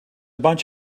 bunch